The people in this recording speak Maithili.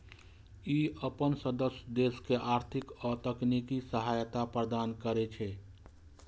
ई अपन सदस्य देश के आर्थिक आ तकनीकी सहायता प्रदान करै छै